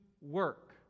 work